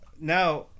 Now